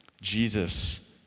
Jesus